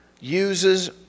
uses